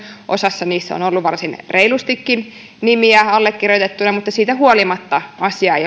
osassa niistä on ollut varsin reilustikin nimiä allekirjoitettuina mutta siitä huolimatta asia ei